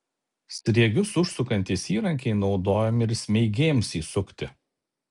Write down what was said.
sriegius užsukantys įrankiai naudojami ir smeigėms įsukti